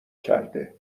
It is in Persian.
کرده